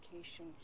education